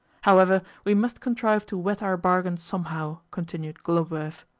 however, we must contrive to wet our bargain somehow, continued khlobuev.